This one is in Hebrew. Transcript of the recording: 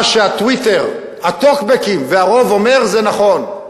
מה שה"טוויטר", הטוקבקים והרוב אומר, זה נכון.